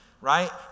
right